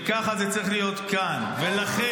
וככה זה צריך להיות כאן ------- ולכן,